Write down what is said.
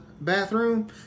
bathroom